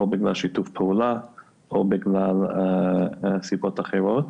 או בגלל שיתוף פעולה או בגלל סיבות אחרות.